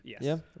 Yes